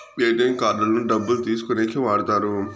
ATM కార్డులను డబ్బులు తీసుకోనీకి వాడుతారు